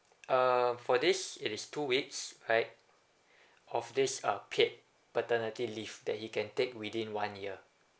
uh for this it is two weeks right of this uh paid paternity leave that he can take within one year